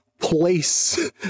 place